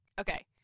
Okay